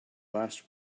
last